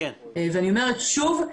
אני אומרת שוב: